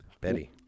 Betty